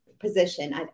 position